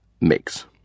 mix